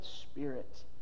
spirit